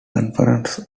conference